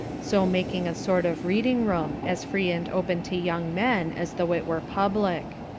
so making a sort of reading-room, as free and open to young men as though it were public.